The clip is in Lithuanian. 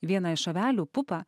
vieną iš avelių pupą